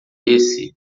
esse